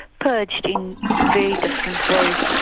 purged in very different ways.